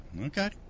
Okay